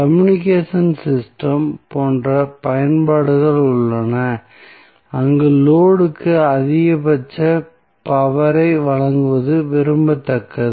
communication system போன்ற பயன்பாடுகள் உள்ளன அங்கு லோடு க்கு அதிகபட்ச பவர் ஐ வழங்குவது விரும்பத்தக்கது